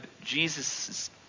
Jesus